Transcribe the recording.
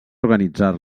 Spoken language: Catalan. organitzar